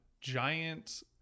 giant